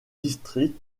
district